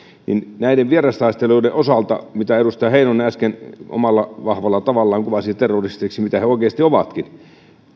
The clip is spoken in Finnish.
niin näiden vierastaistelijoiden osalta joita edustaja heinonen äsken omalla vahvalla tavallaan kuvasi terroristeiksi mitä he oikeasti ovatkin